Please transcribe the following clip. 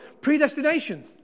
predestination